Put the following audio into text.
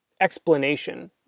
explanation